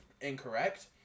incorrect